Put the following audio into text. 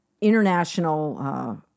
international